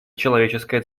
человеческая